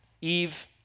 Eve